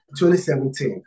2017